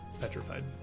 petrified